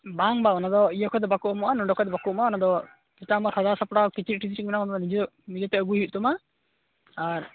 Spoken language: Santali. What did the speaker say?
ᱵᱟᱝ ᱵᱟᱝ ᱚᱱᱟ ᱫᱚ ᱤᱭᱟᱹ ᱠᱷᱚᱡ ᱫᱚ ᱵᱟᱠᱚ ᱮᱢᱚᱜᱼᱟ ᱱᱚᱰᱮ ᱠᱷᱚᱡ ᱫᱚ ᱵᱟᱠᱚ ᱮᱢᱚᱜᱼᱟ ᱚᱱᱟ ᱫᱚ ᱡᱮᱴᱟ ᱟᱢᱟᱜ ᱥᱟᱡᱟᱣ ᱥᱟᱯᱲᱟᱣ ᱠᱤᱪᱨᱤᱡ ᱴᱤᱡᱨᱤᱡ ᱢᱮᱱᱟᱜᱼᱟ ᱱᱤᱡᱮ ᱱᱤᱡᱮᱛᱮ ᱟᱹᱜᱩᱭ ᱦᱩᱭᱩᱜ ᱛᱟᱢᱟ ᱟᱨ